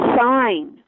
sign